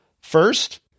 first